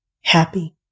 happy